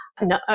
No